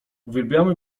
uwielbiamy